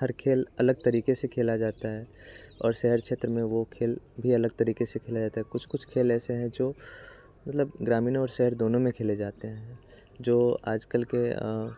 हर खेल अलग तरीके से खेला जाता है और शहर क्षेत्र में वो खेल भी अलग तरीके से खेला जाता है कुछ कुछ खेल ऐसे हैं जो मतलब ग्रामीण और शहर दोनों में खेले जाते हैं जो आजकल के